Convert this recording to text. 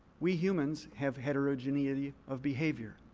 we humans have heterogeneity of behavior.